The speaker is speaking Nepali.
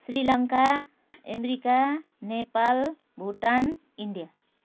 Shri Lanka America Nepal Bhutan India